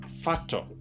factor